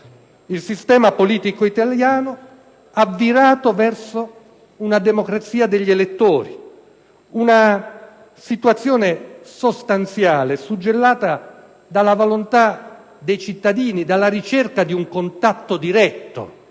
il sistema politico italiano ha virato verso una democrazia degli elettori: una situazione sostanziale, suggellata dalla volontà dei cittadini, dalla ricerca di un contatto diretto